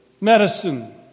medicine